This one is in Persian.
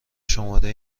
شماره